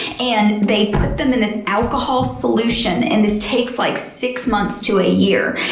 and they put them in this alcohol solution. and this takes like six months to a year,